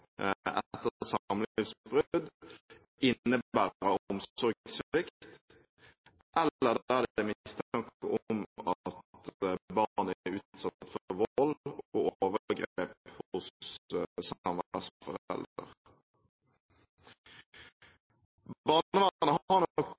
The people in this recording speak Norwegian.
omsorgssvikt, eller der det er mistanke om at barnet er utsatt for